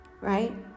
Right